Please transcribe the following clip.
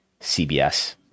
CBS